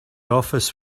office